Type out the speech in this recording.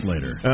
later